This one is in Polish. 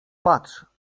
patrz